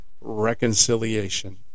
reconciliation